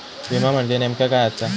विमा म्हणजे नेमक्या काय आसा?